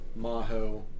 maho